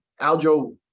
Aljo